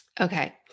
Okay